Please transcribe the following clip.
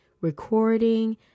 recording